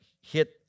hit